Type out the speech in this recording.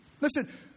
Listen